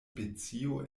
specio